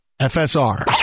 FSR